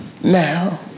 now